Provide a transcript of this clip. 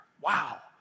Wow